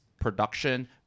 production